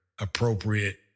appropriate